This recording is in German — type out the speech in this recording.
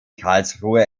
karlsruhe